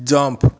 jump